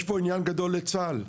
יש פה עניין גדול לצה"ל,